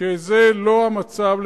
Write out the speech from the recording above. שזה לא המצב,